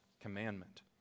commandment